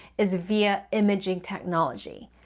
is via imaging technology.